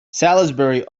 salisbury